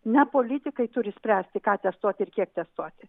ne politikai turi spręsti ką testuoti ir kiek testuoti